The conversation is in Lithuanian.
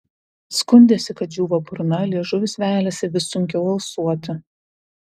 skundėsi kad džiūva burna liežuvis veliasi vis sunkiau alsuoti